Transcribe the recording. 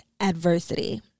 adversity